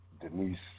Denise